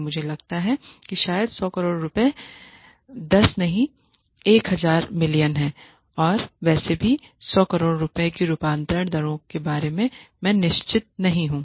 और मुझे लगता है कि शायद १०० करोड़ रुपये १० नहीं १००० मिलियन हैं मैं वैसे भी १०० करोड़ रुपये की रूपांतरण दरों के बारे में निश्चित नहीं हूं